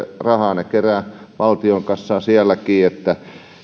rahaa ne keräävät valtion kassaan sielläkin